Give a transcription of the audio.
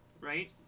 right